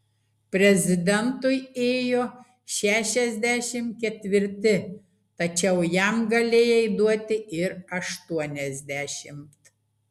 prezidentui ėjo šešiasdešimt ketvirti tačiau jam galėjai duoti ir aštuoniasdešimt